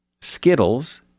Skittles